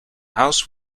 house